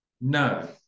No